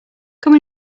come